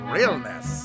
Realness